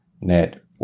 net